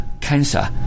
cancer